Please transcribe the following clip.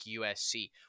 USC